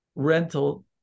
rental